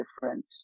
different